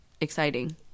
exciting